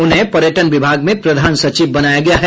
उन्हें पर्यटन विभाग में प्रधान सचिव बनाया गया है